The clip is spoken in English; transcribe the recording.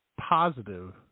positive